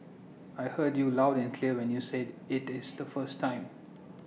I heard you loud and clear when you said IT is the first time